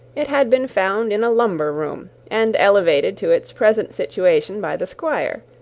it had been found in a lumber room, and elevated to its present situation by the squire,